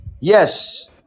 Yes